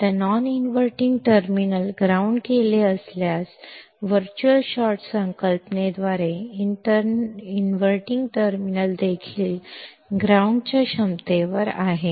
आता non inverting terminal ground केले असल्यास व्हर्च्युअल शॉर्टच्या संकल्पनेद्वारे इन्व्हर्टिंग टर्मिनल देखील ग्राउंड च्या क्षमतेवर आहे